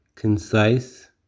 concise